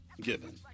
given